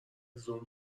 زوم